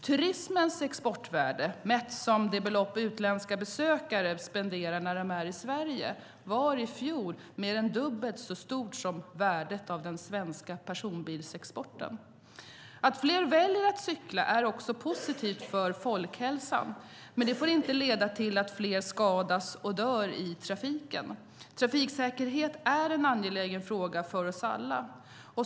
Turismens exportvärde, mätt som det belopp utländska besökare spenderar när de är i Sverige, var i fjol mer än dubbelt så stort som värdet av den svenska personbilsexporten. Att fler väljer att cykla är också positivt för folkhälsan, men det får inte leda till att fler skadas och dör i trafiken. Trafiksäkerhet är en angelägen fråga för oss alla.